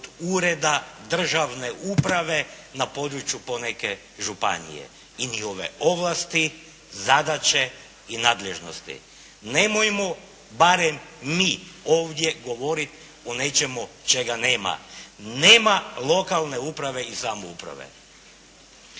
ureda državne uprave na području poneke županije, i njihove ovlasti, zadaće i nadležnosti. Nemojmo barem mi ovdje govoriti o nečemu čega nema. Nema lokalne uprave i samouprave.